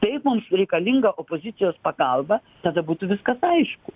taip mums reikalinga opozicijos pagalba tada būtų viskas aišku